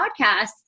podcasts